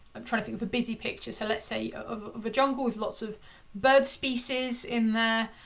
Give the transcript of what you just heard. i'm trying to think of a busy picture, so let's say of a jungle with lots of bird species in there.